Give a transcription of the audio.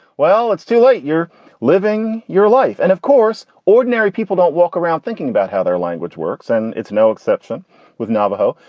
well, it's too late. you're living your life. and, of course, ordinary people don't walk around thinking about how their language works. and it's no exception with navajo,